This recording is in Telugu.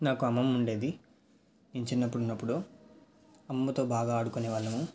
నాకు అమ్మమ్మ ఉండేది నేను చిన్నప్పుడు ఉన్నప్పుడు అమ్మమ్మతో బాగా ఆడుకునేవాళ్ళము